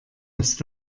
lässt